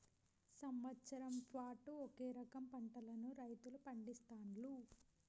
సంవత్సరం పాటు ఒకే రకం పంటలను రైతులు పండిస్తాండ్లు